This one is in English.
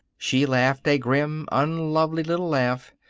she laughed a grim, unlovely little laugh.